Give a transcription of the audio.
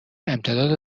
امتداد